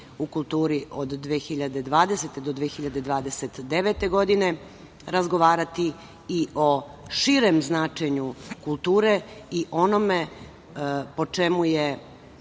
u kulturi od 2020. do 2029. godine, razgovaramo i o širem značenju kulture i onome po čemu je